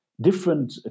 different